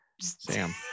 Sam